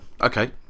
Okay